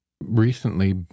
recently